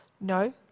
No